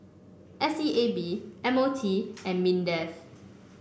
S E A B M O T and Mindef